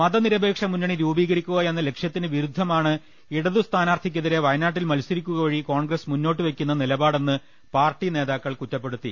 മതനിര പേക്ഷ മുന്നണി രൂപീകരിക്കുകയെന്ന ലക്ഷ്യത്തിന് വിരുദ്ധമാണ് ഇടതു സ്ഥാനാർത്ഥിക്കെതിരെ വയനാട്ടിൽ മത്സരിക്കുക വഴി കോൺഗ്രസ് മുന്നോട്ടു വെക്കുന്ന നിലപാടെന്ന് പാർട്ടി നേതാക്കൾ കുറ്റപ്പെടുത്തി